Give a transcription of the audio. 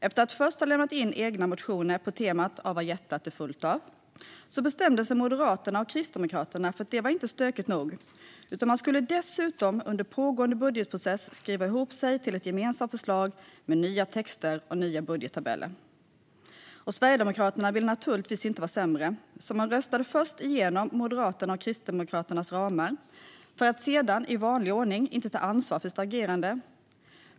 Efter att först ha lämnat in egna motioner på temat av vad hjärtat är fullt av, bestämde sig Moderaterna och Kristdemokraterna för att det inte var stökigt nog utan att de dessutom under pågående budgetprocess skulle skriva ihop sig om ett gemensamt förslag med nya texter och nya budgettabeller. Sverigedemokraterna ville naturligtvis inte vara sämre, så de röstade först igenom Moderaternas och Kristdemokraternas ramar för att sedan, i vanlig ordning, inte ta ansvar för sitt agerande.